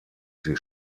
sie